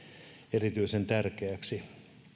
erityisen tärkeäksi